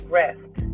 rest